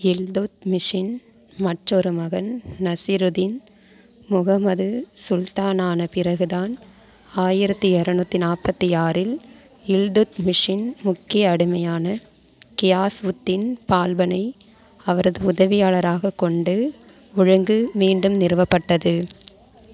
இல்துத்மிஷின் மற்றொரு மகன் நசிருதீன் முகமது சுல்தானான பிறகுதான் ஆயிரத்து இரநூத்தி நாற்பத்தி ஆறில் இல்துத்மிஷின் முக்கிய அடிமையான கியாஸ்உத்தின் பால்பனை அவரது உதவியாளராகக் கொண்டு ஒழுங்கு மீண்டும் நிறுவப்பட்டது